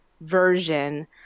version